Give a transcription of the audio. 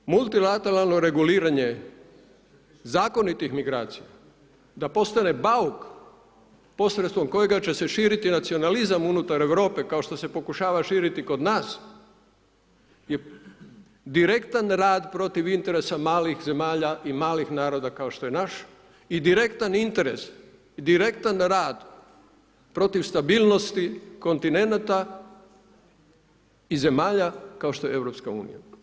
Ali multilateralno reguliranje zakonitih migracija da postane bauk posredstvom kojega će se širiti nacionalizam unutar Europe kao što se pokušava širiti kod nas je direktan rad protiv interesa malih zemalja i malih naroda kao što je naš i direktan interes, direktan rad protiv stabilnosti kontinenata i zemalja kao što je EU.